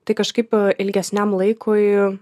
tai kažkaip ilgesniam laikui